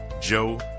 Joe